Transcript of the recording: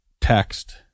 text